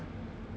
four or five